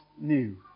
new